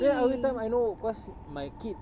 then every time I know cause my kid